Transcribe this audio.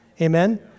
amen